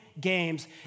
games